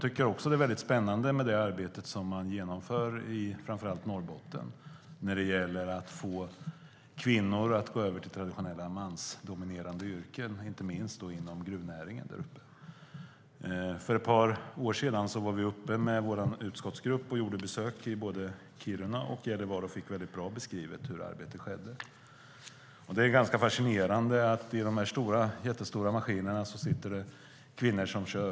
Det är spännande med det arbete som genomförs framför allt i Norrbotten när det gäller att få kvinnor att gå över till traditionellt mansdominerade yrken, inte minst inom gruvnäringen. För ett par år sedan besökte vår utskottsgrupp Kiruna och Gällivare och fick bra beskrivet hur detta arbete skedde. Det är fascinerande att kvinnor i dag kör dessa jättestora maskiner.